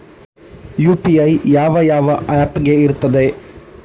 UPI ಯಾವ ಯಾವ app ಗೆ ಇರ್ತದೆ?